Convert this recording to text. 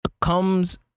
comes